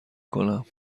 کنم